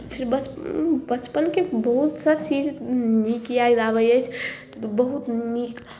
फेर बच बचपनके बहुत सभ चीज नीक याद आबै अछि बहुत नीक